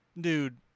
dude